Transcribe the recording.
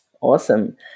Awesome